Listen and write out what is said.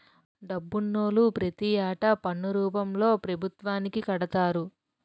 డబ్బునోళ్లు ప్రతి ఏటా పన్ను రూపంలో పభుత్వానికి కడతారు